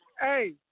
Hey